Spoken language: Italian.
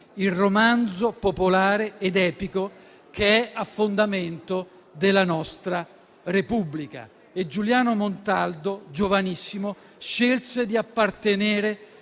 il romanzo popolare ed epico, che è a fondamento della nostra Repubblica. Giuliano Montaldo, giovanissimo, scelse di appartenere